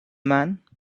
man